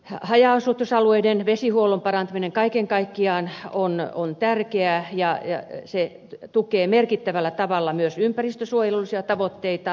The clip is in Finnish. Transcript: haja asutusalueiden vesihuollon parantaminen kaiken kaikkiaan on tärkeää ja tukee merkittävällä tavalla myös ympäristösuojelullisia tavoitteita